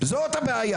זאת הבעיה